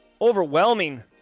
Overwhelming